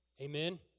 Amen